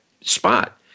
spot